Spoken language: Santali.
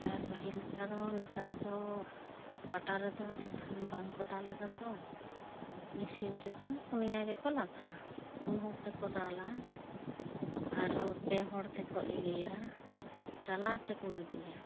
ᱟᱨ ᱯᱟᱹᱦᱤᱞ ᱞᱮᱠᱟ ᱫᱚ ᱱᱮᱛᱟᱨ ᱫᱚ ᱯᱟᱴᱟ ᱨᱮᱫᱚ ᱮᱱᱠᱷᱟᱱ ᱵᱟᱝ ᱠᱚ ᱫᱟᱞ ᱮᱫᱟ ᱛᱚ ᱢᱤᱥᱤᱱ ᱨᱮᱠᱷᱟᱱ ᱯᱩᱱᱤᱭᱟ ᱜᱮᱠᱚ ᱞᱟᱜᱟᱜᱼᱟ ᱯᱩᱱ ᱦᱚᱲ ᱛᱮᱠᱚ ᱫᱟᱞᱟ ᱨᱟᱦᱚ ᱯᱮ ᱦᱚᱲ ᱛᱮᱠᱚ ᱮ ᱤᱨᱟ ᱪᱟᱞᱟ ᱛᱮᱠᱚ ᱜᱤᱰᱤᱭᱟ